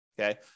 Okay